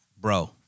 Bro